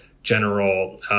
General